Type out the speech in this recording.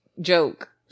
joke